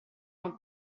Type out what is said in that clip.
non